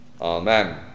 Amen